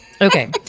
Okay